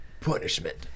punishment